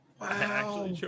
Wow